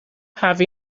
have